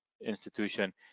institution